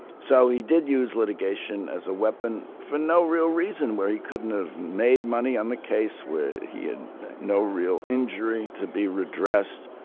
so he did use litigation as a weapon for no real reason where he couldn't have made money on the case where he had no real injury to be redressed.